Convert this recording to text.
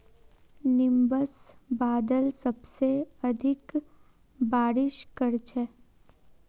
nimbus बादल सबसे अधिक बारिश कर छेक